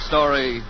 story